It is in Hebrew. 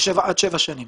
עד שבע שנים